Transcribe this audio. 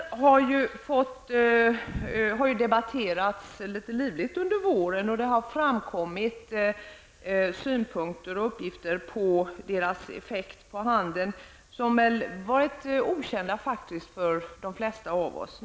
Extrapriser har debatterats livligt under våren, och det har framkommit synpunkter och uppgifter om deras effekter på handeln som väl varit okända för de flesta av oss.